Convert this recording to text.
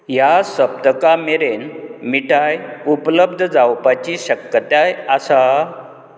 ह्या सप्तका मेरेन मिठाय उपलब्ध जावपाची शक्यताय आसा